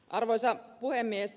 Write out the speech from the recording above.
arvoisa puhemies